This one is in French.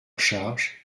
charge